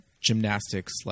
gymnastics